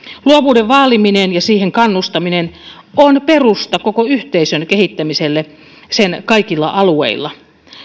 luovuuden vaaliminen ja siihen kannustaminen on perusta koko yhteisön kehittämiselle sen kaikilla alueilla